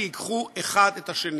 כי ייקחו אחד את השני.